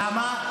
למה?